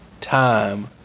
time